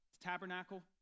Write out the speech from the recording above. Tabernacle